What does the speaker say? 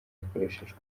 yakoreshejwe